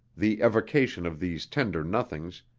the evocation of these tender nothings,